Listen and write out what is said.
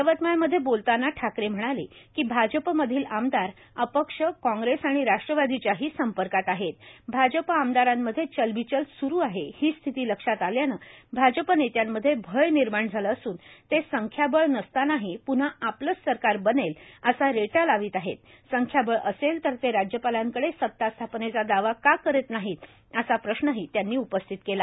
यवतमाळमध्ये बोलताना ठाकरे म्हणाले की भाजप मधील आमदार आणि अपक्ष काँग्रेस आणि राष्ट्रवादीच्याही संपर्कात आहे भाजप आमदारांमध्ये चलबिचल स्रू आहे ही स्थिती लक्षात आल्याने भाजप नेत्यांमध्ये भय निर्माण झाले असून ते संख्याबळ नसतानाही पुन्हा आपलेच सरकार बनेल असा रेटा लावीत आहे संख्याबळ असेल तर ते राज्यपालांकडे सतास्थापनेचा दावा का करीत नाही असा प्रश्नही त्यांनी उपस्थित केला